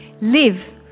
live